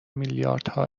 میلیاردها